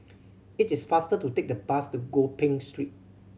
it is faster to take the bus to Gopeng Street